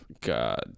god